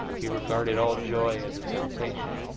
he regarded all joy as a temptation,